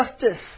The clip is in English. justice